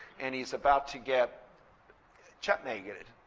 and he's about to get checkmated.